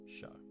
show